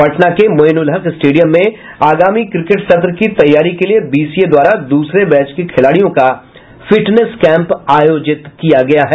पटना के मोइनुलहक स्टेडियम में आगामी क्रिकेट सत्र की तैयारी के लिए बीसीए द्वारा दूसरे बैच के खिलाड़ियों का फिटनेस कैंप आयोजित किया गया है